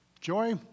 Joy